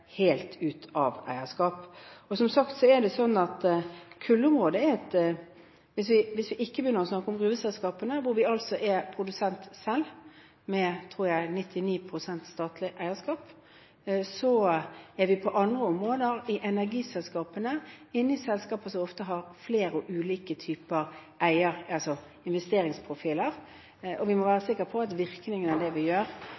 helt ut av eierskap. Og hvis vi ikke snakker om gruveselskapene, hvor vi altså selv er produsent, med, tror jeg, 99 pst. statlig eierskap, er vi på andre områder – når det gjelder energiselskapene – inne i selskaper som ofte har flere og ulike typer investeringsprofiler, og vi må være sikre på at virkningen av det vi gjør,